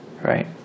Right